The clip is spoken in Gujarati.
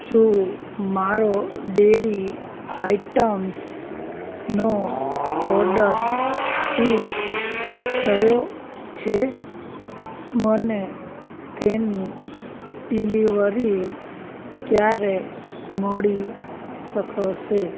શું મારો ડેરી આઈટમ્સનો ઓર્ડર શિપ થયો છે મને તેની ડિલિવરી ક્યારે મળી શકશે